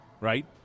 right